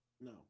No